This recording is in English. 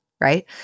right